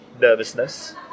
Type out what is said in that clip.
nervousness